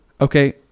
Okay